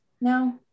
now